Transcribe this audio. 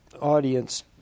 audience